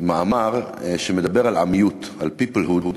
מאמר שמדבר על "עמיות", על peoplehood,